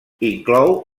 inclou